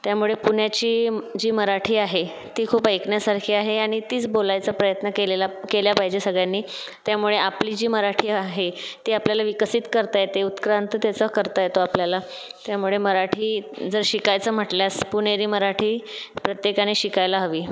त्यामुळे पुण्याची जी मराठी आहे ती खूप ऐकण्यासारखी आहे आणि तीच बोलायची प्रयत्न केलेला केला पाहिजे सगळ्यांनी त्यामुळे आपली जी मराठी आहे ती आपल्याला विकसित करता येते उत्क्रांत त्याचा करता येतो आपल्याला त्यामुळे मराठी जर शिकायचं म्हटल्यास पुणेरी मराठी प्रत्येकाने शिकायला हवी